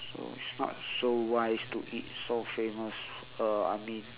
so it's not so wise to eat so famous uh I mean